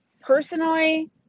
personally